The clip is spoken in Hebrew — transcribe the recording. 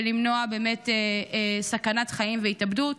ולמנוע באמת סכנת חיים והתאבדות.